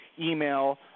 email